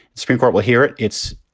the supreme court will hear it. it's,